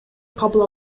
кабыл